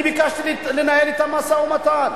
אני ביקשתי לנהל אתם משא-ומתן.